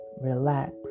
relax